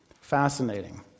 Fascinating